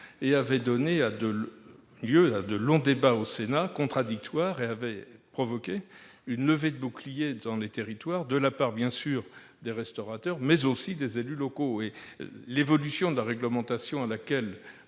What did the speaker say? avait donné lieu au Sénat à de longs débats contradictoires et provoqué une levée de boucliers dans les territoires de la part, évidemment, des restaurateurs, mais aussi des élus locaux. L'évolution de la réglementation à laquelle